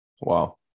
Wow